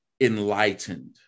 enlightened